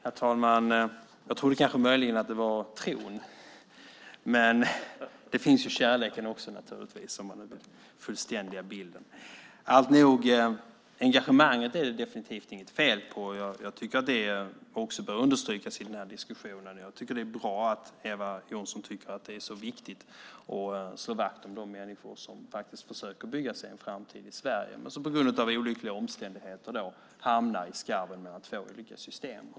Herr talman! Jag trodde kanske möjligen att det var tron. Men det finns ju naturligtvis också kärleken, om man vill fullständiga bilden. Engagemanget är det definitivt inget fel på. Det bör också understrykas i den här diskussionen. Det är bra att Eva Johnsson tycker att det är så viktigt att slå vakt om de människor som faktiskt försöker bygga sig en framtid i Sverige men som på grund av olyckliga omständigheter hamnar i skarven mellan två olika system.